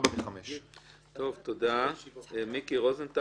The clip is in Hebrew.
4 מתוך 5. תודה רבה לך,